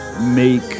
make